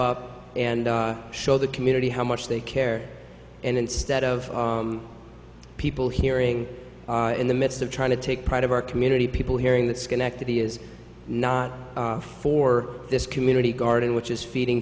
up and show the community how much they care and instead of people hearing in the midst of trying to take pride of our community people hearing that schenectady is not for this community garden which is feeding